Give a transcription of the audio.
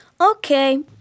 Okay